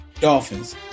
Dolphins